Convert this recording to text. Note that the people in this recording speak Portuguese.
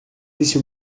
disse